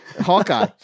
Hawkeye